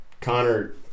Connor